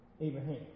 Abraham